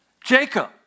Jacob